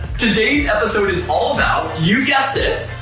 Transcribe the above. today's episode is all about you guessed it,